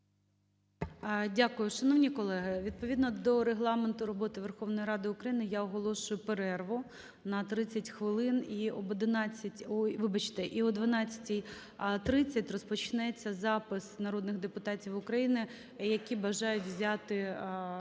Дякую. Шановні колеги, відповідно до Регламенту роботи Верховної Ради України, я оголошую перерву на 30 хвилин. І об 11 – ой, вибачте – і о 12:30 розпочнеться запис народних депутатів України, які бажають взяти